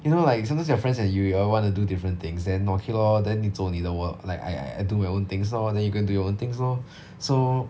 you know like sometimes your friends and you you all want to do different things then okay lor then 你走你的我 like I I I do my own things lor then you go and do your own things lor so